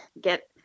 get